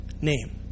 name